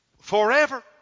forever